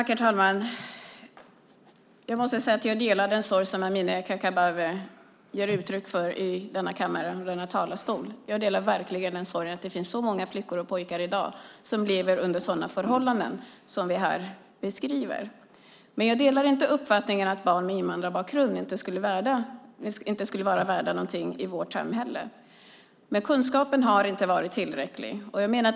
Herr talman! Jag delar den sorg som Amineh Kakabaveh ger uttryck för i denna kammare och denna talarstol. Jag delar verkligen sorgen att det finns så många flickor och pojkar i dag som lever under sådana förhållanden som vi här beskriver. Jag delar inte uppfattningen att barn med invandrarbakgrund inte skulle vara värda något i vårt samhälle. Men kunskapen har inte varit tillräcklig.